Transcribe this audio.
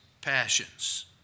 passions